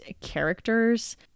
characters